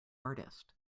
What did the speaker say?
artist